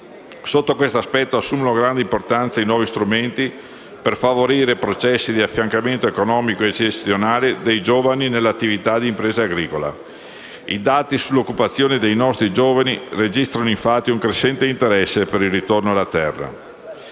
Sotto questo aspetto, assumono grande importanza i nuovi strumenti per favorire i processi di affiancamento economico e gestionale di giovani nell'attività di impresa agricola. I dati sull'occupazione dei nostri giovani registrano infatti un crescente interesse per il ritorno alla terra.